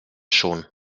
schon